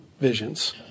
visions